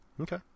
Okay